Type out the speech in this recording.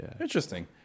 Interesting